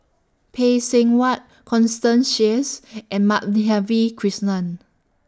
Phay Seng Whatt Constance Sheares and Madhavi Krishnan